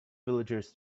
villagers